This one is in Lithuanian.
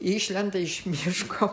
išlenda iš miško